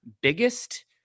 biggest